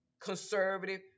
conservative